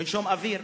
לנשום אוויר.